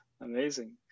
Amazing